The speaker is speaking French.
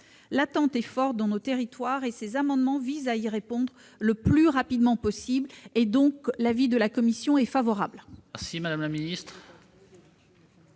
L'attente est forte dans nos territoires, et ces amendements identiques visent à y répondre le plus rapidement possible. L'avis de la commission est donc favorable.